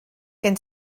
gen